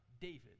David